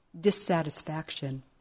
dissatisfaction